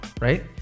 Right